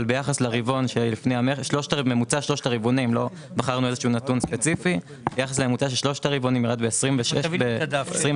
ביחס לממוצע של שלושת הרבעונים האחרונים המחיר ירד ב-26%.